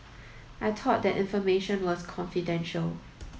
I thought that information was confidential